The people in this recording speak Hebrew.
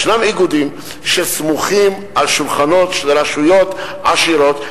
ישנם איגודים שסמוכים על שולחנות של רשויות עשירות,